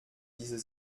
diese